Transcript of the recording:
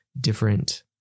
different